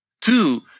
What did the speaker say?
Two